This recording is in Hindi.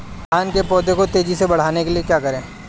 धान के पौधे को तेजी से बढ़ाने के लिए क्या करें?